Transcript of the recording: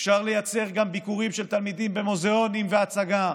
אפשר לייצר גם ביקורים של תלמידים במוזיאונים והצגה,